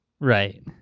Right